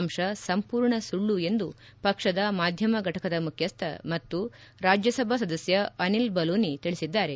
ಅಂಶ ಸಂಪೂರ್ಣ ಸುಳ್ಳು ಎಂದು ಪಕ್ಷದ ಮಾಧ್ಯಮ ಘಟಕದ ಮುಖ್ವಿಸ್ವ ಮತ್ತು ರಾಜ್ಯಸಭಾ ಸದಸ್ತ ಅನಿಲ್ ಬಲೂನಿ ತಿಳಿಸಿದ್ದಾರೆ